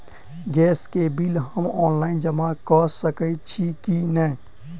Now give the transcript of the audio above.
Gas केँ bill हम online जमा कऽ सकैत छी की नै?